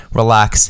relax